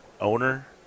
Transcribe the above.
owner